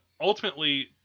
ultimately